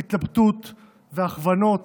להתלבטות והכוונות,